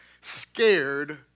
scared